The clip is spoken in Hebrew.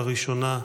לראשונה,